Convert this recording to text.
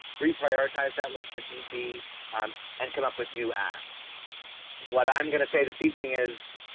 re prioritize that list of need be and come up with new asks what i'm going to say this evening is